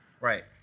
Right